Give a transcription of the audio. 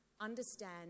understand